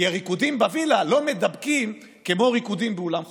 כי הריקודים בווילה לא מידבקים כמו ריקודים באולם חתונות.